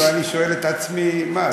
ואני שואל את עצמי: מה,